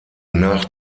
nach